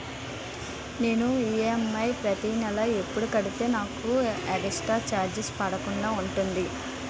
నేను ఈ.ఎమ్.ఐ ప్రతి నెల ఎపుడు కడితే నాకు ఎక్స్ స్త్ర చార్జెస్ పడకుండా ఉంటుంది?